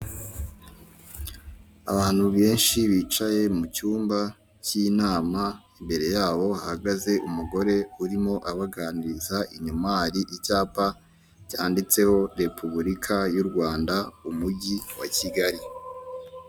Abantu benshi bicaye mu cyumba cy'inama, imbere yabo hagaze umugore urimo abaganiriza, inyuma hari icyapa cyanditseho repubulika y'urwanda umujyi wa kigali.